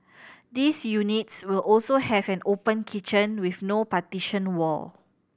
these units will also have an open kitchen with no partition wall